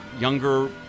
younger